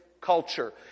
Culture